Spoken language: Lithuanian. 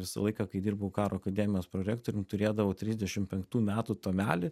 visą laiką kai dirbau karo akademijos prorektorium turėdavau trisdešim penktų metų tomelį